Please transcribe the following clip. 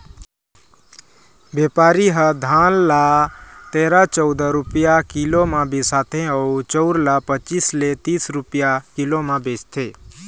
बेपारी ह धान ल तेरा, चउदा रूपिया किलो म बिसाथे अउ चउर ल पचीस ले तीस रूपिया किलो म बेचथे